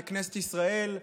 לכנסת ישראל,